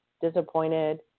disappointed